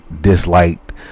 disliked